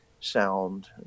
sound